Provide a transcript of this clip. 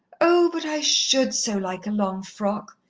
oh, but i should so like a long frock,